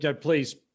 please